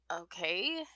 okay